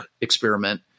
experiment